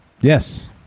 yes